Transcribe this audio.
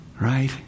Right